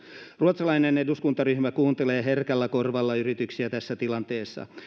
ruotsalainen eduskuntaryhmä kuuntelee herkällä korvalla yrityksiä tässä tilanteessa